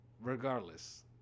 regardless